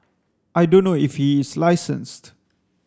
I don't know if he is licensed